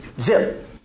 Zip